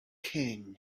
king